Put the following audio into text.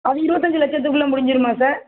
அது இருபத்தஞ்சு லட்சத்துக்குள்ள முடிஞ்சிடுமா சார்